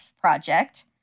Project